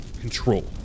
control